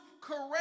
correct